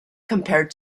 compared